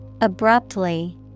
Abruptly